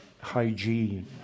hygiene